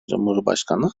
cumhurbaşkanı